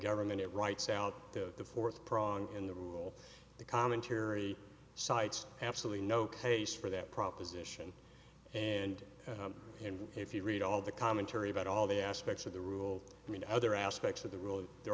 government writes out the fourth prong in the rule the commentary cites absolutely no case for that proposition and and if you read all the commentary about all the aspects of the rule and other aspects of the rule there